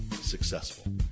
successful